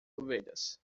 ovelhas